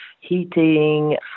heating